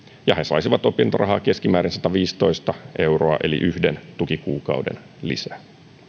ja he saisivat opintorahaa keskimäärin sataviisitoista euroa eli yhden tukikuukauden lisää